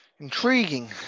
Intriguing